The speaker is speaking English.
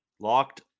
Locked